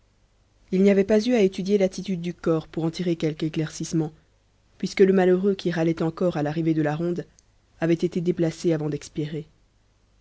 il n'y avait pas eu à étudier l'attitude du corps pour en tirer quelque éclaircissement puisque le malheureux qui râlait encore à l'arrivée de la ronde avait été déplacé avant d'expirer